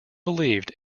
believed